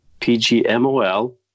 PGMOL